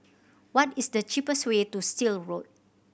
what is the cheapest way to Still Road